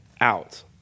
out